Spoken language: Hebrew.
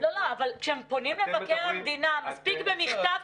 גם בטלוויזיה ובכל מקום והנושא הזה,